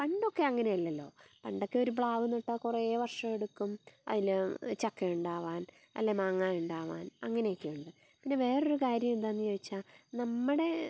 പണ്ടൊക്കെ അങ്ങനെ അല്ലല്ലോ പണ്ടക്കെ ഒരു പ്ലാവ് നട്ടാൽ കുറെ വർഷം എടുക്കും അതിൽ ചക്കയുണ്ടാകാൻ അല്ലേ മാങ്ങ ഉണ്ടാവാൻ അങ്ങനെയൊക്കെ ഉണ്ട് പിന്നെ വേറൊരു കാര്യം എന്താന്ന് ചോദിച്ചാൽ നമ്മുടെ